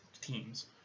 Teams